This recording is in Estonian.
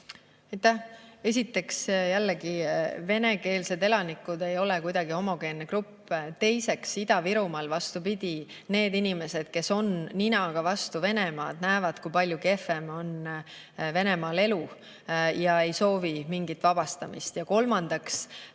Esiteks jällegi, venekeelsed elanikud ei ole kuidagi homogeenne grupp. Teiseks, Ida-Virumaal, vastupidi, need inimesed, kes on ninaga vastu Venemaad, näevad, kui palju kehvem on elu Venemaal, ja ei soovi mingit vabastamist. Kolmandaks,